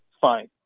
Fine